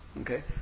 okay